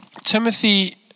Timothy